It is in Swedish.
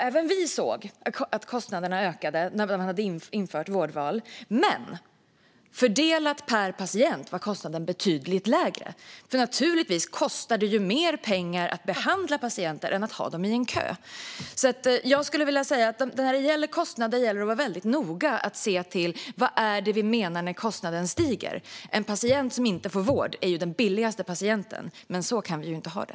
Även vi såg att kostnaderna ökade när man hade infört vårdval, men fördelat per patient var kostnaden betydligt lägre. Naturligtvis kostar det mer pengar att behandla patienter än att ha dem i en kö. Jag skulle vilja säga att när det gäller kostnader behöver man vara väldigt noga med att se till vad vi menar med att kostnaden stiger. En patient som inte får vård är ju den billigaste patienten, men så kan vi inte ha det.